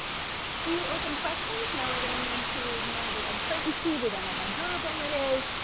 few open questions. now we're getting into more the uncertainty, we don't know how durable it is.